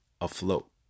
afloat